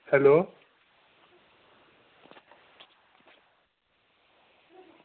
hello